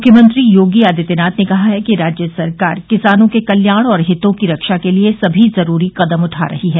मुख्यमंत्री योगी आदित्यनाथ ने कहा है कि राज्य सरकार किसानों के कल्याण और हितों की रक्षा के लिए समी ज़रूरी क़दम उठा रही है